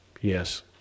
Yes